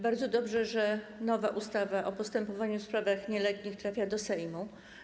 Bardzo dobrze, że nowa ustawa o postępowaniu w sprawach nieletnich trafia do Sejmu.